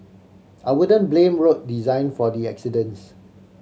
I wouldn't blame road design for the accidents